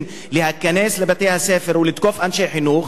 להיכנס לבתי-הספר ולתקוף אנשי חינוך.